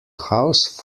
house